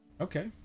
Okay